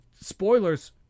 Spoilers